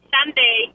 Sunday